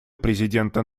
президента